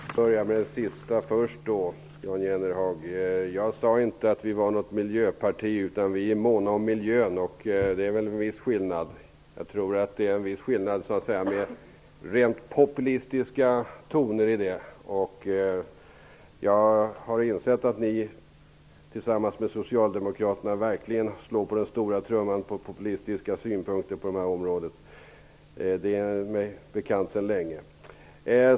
Herr talman! Jag börjar med det sista först, Jan Jennehag. Jag sade inte att vi är ett miljöparti utan att vi är måna om miljön. Det är väl en viss skillnad. Jag tror att det finns en viss skillnad vad gäller populistiska undertoner. Jag har insett att Socialdemokraterna verkligen slår på den stora trumman och framför populistiska synpunkter på detta område. Det är mig bekant sedan länge.